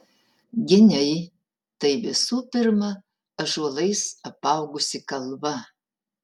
giniai tai visų pirma ąžuolais apaugusi kalva